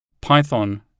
Python